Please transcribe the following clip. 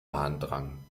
harndrang